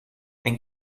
ein